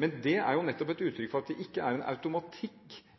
Men det er nettopp et uttrykk for at det ikke er noen automatikk,